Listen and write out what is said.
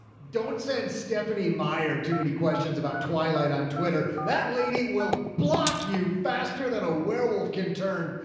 don't send stephanie meyer too many questions about twilight on twitter. that lady will block you faster than a werewolf can turn.